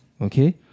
Okay